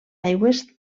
aigües